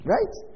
Right